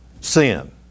sin